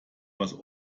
was